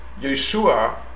Yeshua